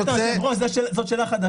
לא, זאת לא שאלה.